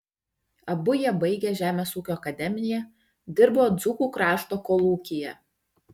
abu jie baigę žemės ūkio akademiją dirbo dzūkų krašto kolūkyje